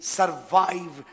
survive